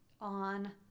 on